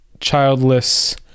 childless